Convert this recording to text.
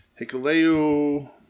Hikaleu